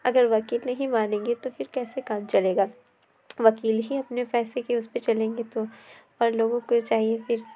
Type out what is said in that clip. اگر وکیل نہیں مانیں گے تو پھر کیسے کام چلے گا وکیل ہی اپنے پیسے کے اُس پہ چلیں گے تو اور لوگوں کو یہ چاہیے پھر